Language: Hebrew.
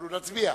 אנחנו נצביע.